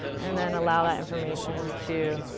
and then allow that information to